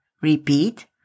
Repeat